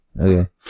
Okay